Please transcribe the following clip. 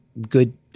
good